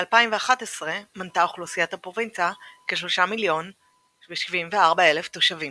ב-2011 מנתה אוכלוסיית הפרובינציה כ- 3,074,000 תושבים.